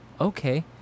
okay